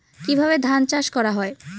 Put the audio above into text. কিভাবে ধান চাষ করা হয়?